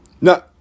No